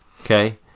Okay